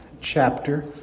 chapter